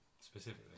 specifically